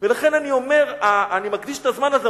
לכן אני אומר, אני מקדיש את הזמן הזה.